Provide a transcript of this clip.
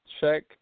Check